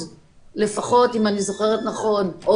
אם אני זוכרת נכון,